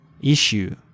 issue